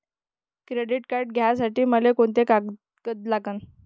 Credit card घ्यासाठी मले कोंते कागद लागन?